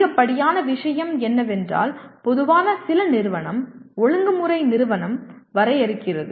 அதிகப்படியான விஷயம் என்னவென்றால் பொதுவாக சில நிறுவனம் ஒழுங்குமுறை நிறுவனம் வரையறுக்கிறது